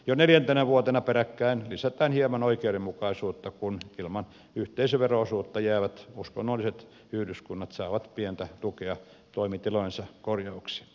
jo neljäntenä vuotena peräkkäin lisätään hieman oikeudenmukaisuutta kun ilman yhteisövero osuutta jäävät uskonnolliset yhdyskunnat saavat pientä tukea toimitilojensa korjauksiin